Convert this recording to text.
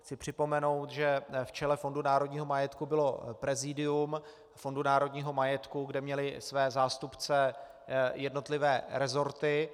Chci připomenout, že v čele Fondu národního majetku bylo prezidium Fondu národního majetku, kde měly své zástupce jednotlivé resorty.